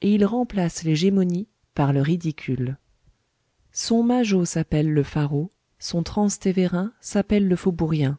et il remplace les gémonies par le ridicule son majo s'appelle le faraud son transtévérin s'appelle le faubourien